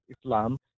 Islam